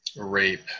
rape